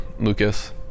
Lucas